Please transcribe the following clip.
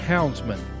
Houndsman